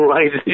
Right